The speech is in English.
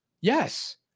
Yes